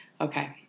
Okay